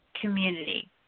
community